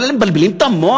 כל אלה מבלבלים את המוח.